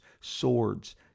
swords